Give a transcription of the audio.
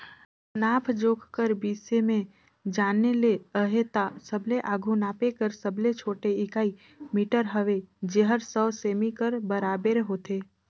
नाप जोख कर बिसे में जाने ले अहे ता सबले आघु नापे कर सबले छोटे इकाई मीटर हवे जेहर सौ सेमी कर बराबेर होथे